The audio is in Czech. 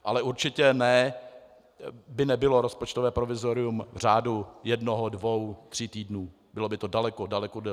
Ale určitě by nebylo rozpočtové provizorium v řádu jednoho dvou tří týdnů, bylo by to daleko, daleko delší.